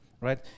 right